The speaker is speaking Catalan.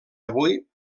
avui